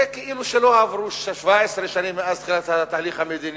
זה כאילו לא עברו 17 שנים מאז תחילת התהליך המדיני,